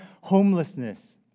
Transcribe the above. homelessness